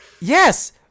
Yes